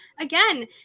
again